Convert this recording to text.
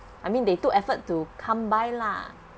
I mean they took effort to come by lah